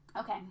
Okay